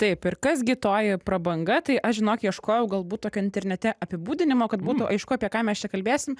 taip ir kas gi toji prabanga tai aš žinok ieškojau galbūt tokio internete apibūdinimo kad būtų aišku apie ką mes čia kalbėsim